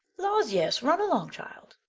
laws, yes, run along, child.